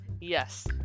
Yes